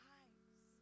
eyes